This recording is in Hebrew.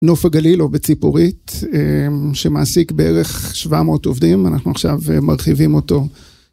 נוף הגליל או בציפורית שמעסיק בערך 700 עובדים, אנחנו עכשיו מרחיבים אותו.